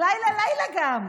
לילה-לילה גם,